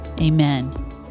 amen